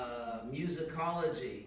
musicology